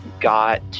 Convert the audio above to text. got